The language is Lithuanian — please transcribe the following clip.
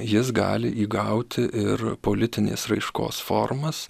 jis gali įgauti ir politinės raiškos formas